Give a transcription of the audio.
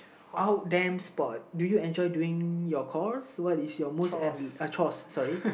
out damn sport do you enjoy doing your course what is your most uh chores sorry